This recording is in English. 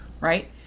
right